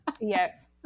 yes